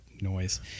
noise